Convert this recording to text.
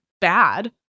bad